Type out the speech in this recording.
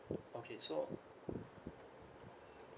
okay so